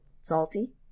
salty